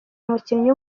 umukinnyi